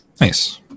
Nice